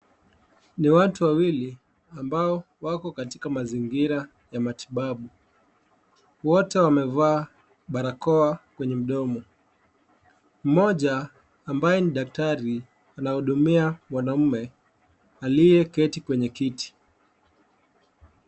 Ni watu wawili ambao wako katika mazingira ya matibabu , wote wamevaa barakoa kwneye mdomo. Mmoja ambaye i daktari anamhudumia mwanaume aliyeketi kwenye kiti.